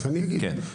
אני אגיד.